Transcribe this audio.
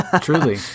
Truly